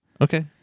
Okay